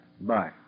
Bye